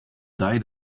dei